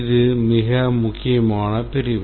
இது மிக முக்கியமான பிரிவு